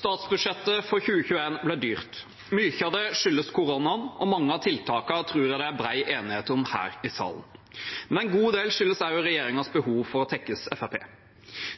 Statsbudsjettet for 2021 ble dyrt. Mye av det skyldes koronaen. Mange av tiltakene tror jeg det er bred enighet om her i salen, men en god del skyldes regjeringens behov for å tekkes Fremskrittspartiet.